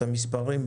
והכספיות.